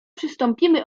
przystąpimy